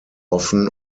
often